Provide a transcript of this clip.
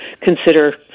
consider